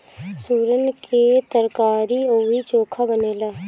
सुरन के तरकारी अउरी चोखा बनेला